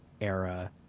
era